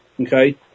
Okay